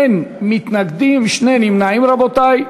אין מתנגדים, שני נמנעים, רבותי.